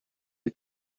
you